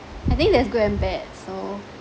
I think there's good and bad so